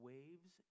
Waves